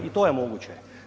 I to je moguće.